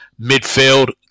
midfield